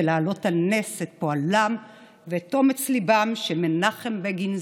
ולהעלות על נס את פועלם ואת אומץ ליבם של מנחם בגין,